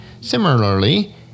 Similarly